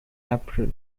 april